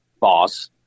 boss